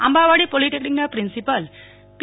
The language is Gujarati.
આંબાવાડી પોલિટેક્નિકના પ્રિન્સિપાલ પી